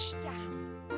down